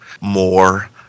more